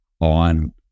on